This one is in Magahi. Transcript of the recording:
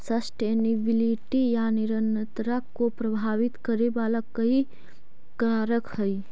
सस्टेनेबिलिटी या निरंतरता को प्रभावित करे वाला कई कारक हई